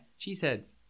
Cheeseheads